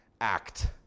act